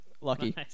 lucky